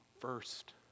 first